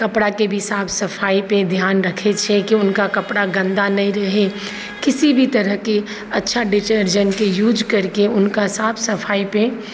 कपड़ाके भी साफ सफाइ पर ध्यान रखे छियै कि हुनका कपड़ा गन्दा न रहै किसी भी तरहके अच्छा डिटर्जेन्टके यूज करके हुनका साफ सफाइपे